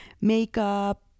makeup